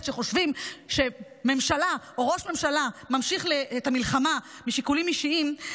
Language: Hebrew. שחושבים שממשלה או ראש ממשלה ממשיך את המלחמה משיקולים אישיים,